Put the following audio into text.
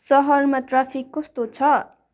सहरमा ट्राफिक कस्तो छ